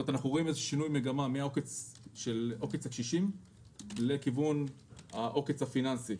אנחנו רואים שינוי מגמה מעוקץ הקשישים לכיוון העוקץ הפיננסי.